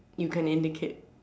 you can indicate